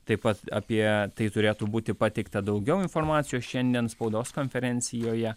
taip pat apie tai turėtų būti pateikta daugiau informacijos šiandien spaudos konferencijoje